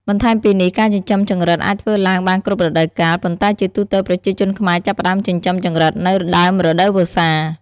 បន្ថែមពីនេះការចិញ្ចឹមចង្រិតអាចធ្វើឡើងបានគ្រប់រដូវកាល ប៉ុន្តែជាទូទៅ ប្រជាជនខ្មែរចាប់ផ្ដើមចិញ្ចឹមចង្រិតនៅ ដើមរដូវវស្សា។